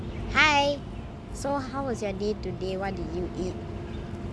hi so how was your day today what did you eat